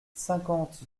cinquante